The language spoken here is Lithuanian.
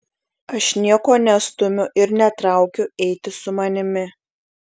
aš nieko nestumiu ir netraukiu eiti su manimi